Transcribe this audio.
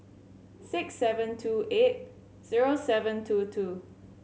six seven two eight zero seven two two